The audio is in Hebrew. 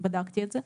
בדקתי את זה.